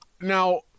now